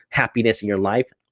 happiness in your life,